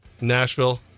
Nashville